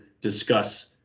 discuss